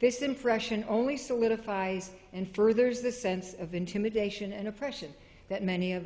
this impression only solidifies and furthers the sense of intimidation and oppression that many of